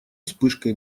вспышкой